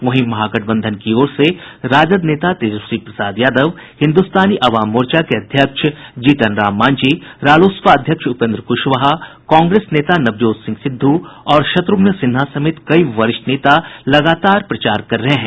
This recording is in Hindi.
वहीं महागठबंधन की ओर से राजद नेता तेजस्वी प्रसाद यादव हिन्दुस्तानी अवाम मोर्चा के अध्यक्ष जीतन राम मांझी रालोसपा अध्यक्ष उपेन्द्र कुशवाहा कांग्रेस नेता नवजोत सिंह सिद्ध और शत्रुघ्न सिन्हा समेत कई वरिष्ठ नेता लगातार प्रचार कर रहे हैं